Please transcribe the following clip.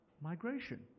migration